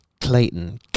Clayton